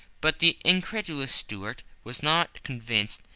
but the incredulous stuart was not convinced,